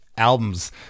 Albums